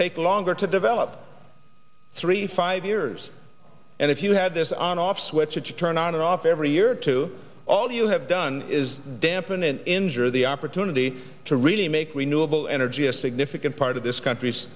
take longer to develop three five years and if you had this on off switch turn on and off every year to all you have done is dampen and injure the opportunity to really make renewable energy a significant part of this country's